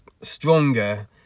stronger